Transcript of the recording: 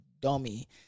dummy